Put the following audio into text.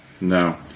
No